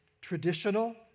traditional